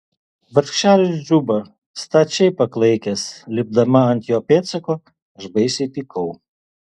vargšelis džuba stačiai paklaikęs lipdama ant jo pėdsako aš baisiai pykau